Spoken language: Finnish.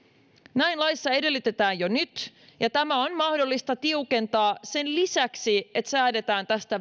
näin laissa edellytetään jo nyt ja tätä on mahdollista tiukentaa sen lisäksi että säädetään tästä